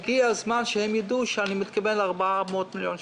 הגיע הזמן שיבינו שאני מתכוון ל-400 מיליון שקל.